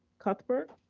cuthbert.